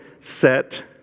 set